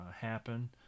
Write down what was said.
happen